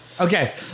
Okay